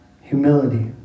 humility